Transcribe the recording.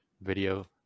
video